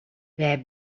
wêr